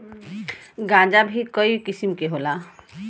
गांजा भीं कई किसिम के होला